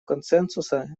консенсуса